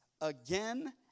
again